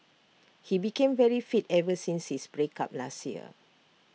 he became very fit ever since his break up last year